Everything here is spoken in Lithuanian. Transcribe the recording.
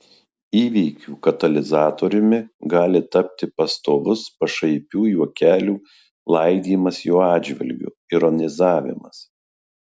įvykių katalizatoriumi gali tapti pastovus pašaipių juokelių laidymas jo atžvilgiu ironizavimas